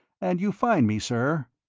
and you find me, sir,